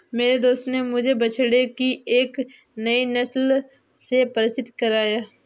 मेरे दोस्त ने मुझे बछड़े की एक नई नस्ल से परिचित कराया